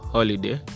Holiday